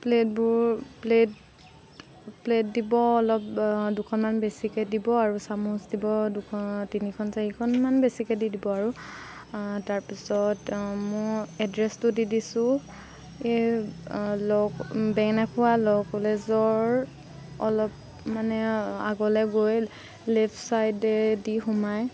প্লেটবোৰ plate plate দিব অলপ দুখনমান বেছিকৈ দিব আৰু চামুচ দিব দুখন তিনিখন চাৰিখনমান বেছিকৈ দি দিব আৰু তাৰ পিছত মোৰ এড্ৰেছটো দি দিছোঁ এই ল বেঙনাখোৱা ল কলেজৰ অলপ মানে আগলৈ গৈ লেফ্ট ছাইডে দি সোমাই